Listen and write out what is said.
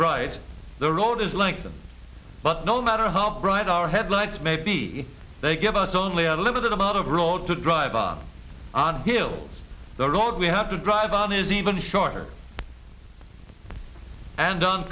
bright the road is like them but no matter how bright our headlights may be they give us only a limited amount of road to drive on on hills the road we have to drive on is even shorter and on